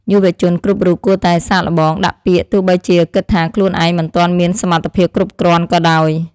យុវជនគ្រប់រូបគួរតែសាកល្បងដាក់ពាក្យទោះបីជាគិតថាខ្លួនឯងមិនទាន់មានសមត្ថភាពគ្រប់គ្រាន់ក៏ដោយ។